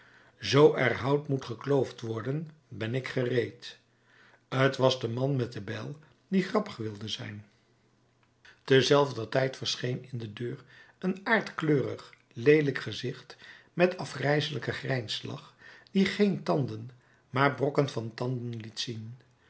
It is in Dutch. zoo er hout moet gekloofd worden ben ik gereed t was de man met de bijl die grappig wilde zijn te zelfder tijd verscheen in de deur een aardkleurig leelijk gezicht met afgrijselijken grijnslach die geen tanden maar brokken van tanden liet zien